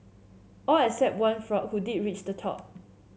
all except one frog who did reach the top